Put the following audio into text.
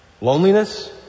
Loneliness